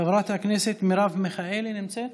חברת הכנסת מרב מיכאלי נמצאת?